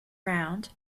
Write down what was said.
round